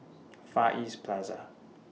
Far East Plaza